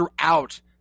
throughout